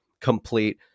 complete